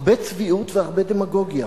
הרבה צביעות והרבה דמגוגיה.